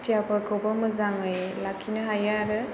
देहाफोरखौबो मोजाङै लाखिनो हायो आरो